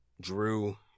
drew